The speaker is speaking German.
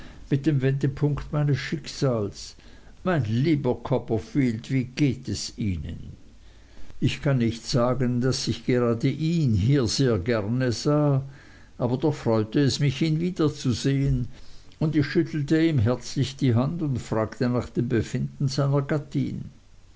mit dem wendepunkt meines schicksals mein lieber copperfield wie geht es ihnen ich kann nicht sagen daß ich gerade ihn hier sehr gern sah aber doch freute es mich ihn wiederzusehen und ich schüttelte ihm herzlich die hand und fragte nach dem befinden seiner gattin